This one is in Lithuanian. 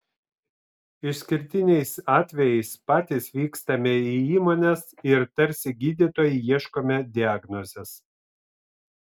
išskirtiniais atvejais patys vykstame į įmones ir tarsi gydytojai ieškome diagnozės